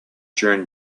during